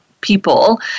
people